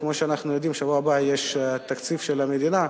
כמו שאנחנו יודעים, בשבוע הבא יש תקציב המדינה,